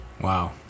Wow